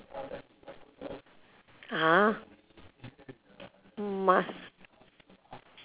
!huh! must